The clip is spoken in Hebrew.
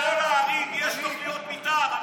לכל הערים יש תוכניות מתאר.